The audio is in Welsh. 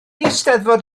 eisteddfod